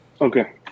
Okay